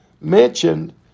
mentioned